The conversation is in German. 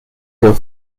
der